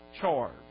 charge